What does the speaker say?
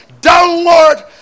Downward